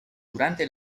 durante